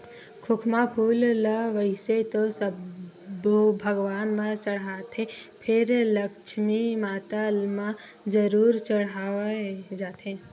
खोखमा फूल ल वइसे तो सब्बो भगवान म चड़हाथे फेर लक्छमी माता म जरूर चड़हाय जाथे